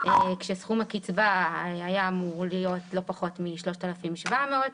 כשסכום הקצבה היה אמור להיות לא פחות מ-3,700 שקל.